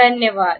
धन्यवाद